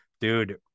dude